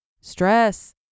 Stress